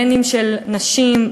אם של נשים,